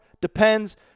Depends